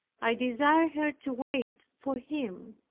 i desired her to wait for him.